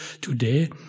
today